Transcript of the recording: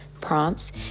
prompts